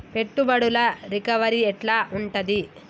పెట్టుబడుల రికవరీ ఎట్ల ఉంటది?